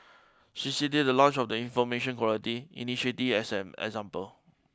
she cited the launch of the information quality initiative as an example